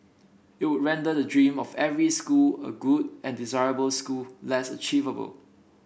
it would render the dream of every school a good and desirable school less achievable